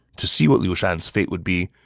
to see what liu shan's fate would be,